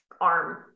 arm